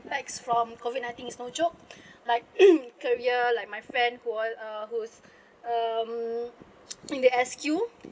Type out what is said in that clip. likes from COVID-nineteen is no joke like career like my friend who was uh who's um in the S_Q